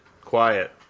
quiet